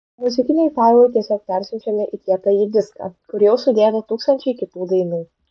muzikiniai failai tiesiog parsiunčiami į kietąjį diską kur jau sudėta tūkstančiai kitų dainų